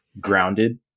grounded